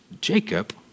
Jacob